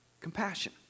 compassion